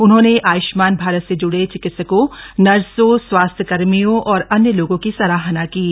उन्होंने आय्ष्मान भारत से ज्डे चिकित्सकों नर्सों स्वास्थ्य कर्मियों और अन्य लोगों की सराहना की है